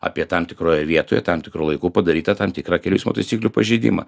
apie tam tikroje vietoje tam tikru laiku padarytą tam tikrą kelių eismo taisyklių pažeidimą